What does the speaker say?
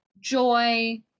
joy